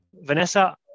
Vanessa